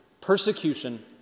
persecution